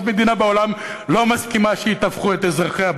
אף מדינה בעולם לא מסכימה שיטווחו את אזרחיה,